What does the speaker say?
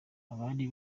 abari